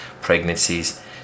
pregnancies